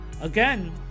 again